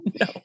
No